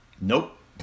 Nope